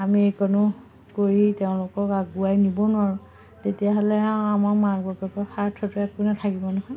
আমি এইকনো কৰি তেওঁলোকক আগুৱাই নিব নোৱাৰোঁ তেতিয়াহ'লে আৰু আমাৰ মাক বাপেকৰ সাৰ্থকটো একো নাথাকিব নহয়